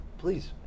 Please